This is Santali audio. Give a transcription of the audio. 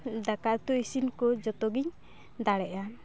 ᱫᱟᱠᱟ ᱩᱛᱩ ᱤᱥᱤᱱ ᱠᱚ ᱡᱚᱛᱚᱜᱮᱧ ᱫᱟᱲᱮᱭᱟᱜᱼᱟ